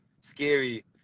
scary